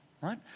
right